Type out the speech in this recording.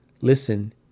listen